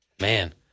Man